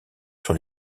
sur